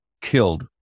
killed